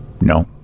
No